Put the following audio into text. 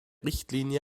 richtlinie